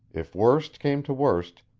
if worst came to worst,